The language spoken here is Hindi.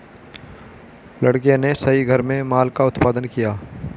लड़के ने सही घर में माल का उत्पादन किया